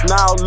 Now